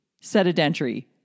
Sedentary